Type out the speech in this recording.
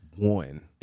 One